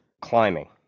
climbing